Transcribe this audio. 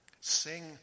Sing